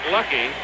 Lucky